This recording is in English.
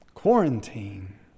Quarantine